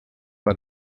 war